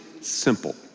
simple